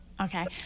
okay